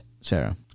Sarah